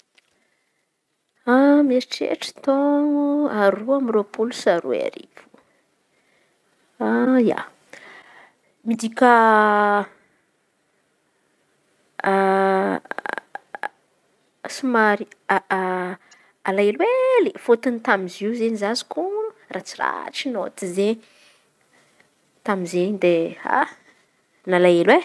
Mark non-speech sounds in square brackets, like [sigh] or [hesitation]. [hesitation] Mieritreritry taôn̈o roa amby roapolo sy aroa arivo. Ah, ia, midika [hesitation] somary [hesitation] alahelo hely fôtony tamizio izen̈y za koa mô ratsy ratsy naôty zey koa tamizey de ha nalahelo e!